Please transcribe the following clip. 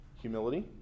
humility